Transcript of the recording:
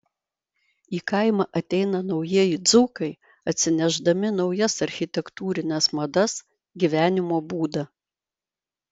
į kaimą ateina naujieji dzūkai atsinešdami naujas architektūrines madas gyvenimo būdą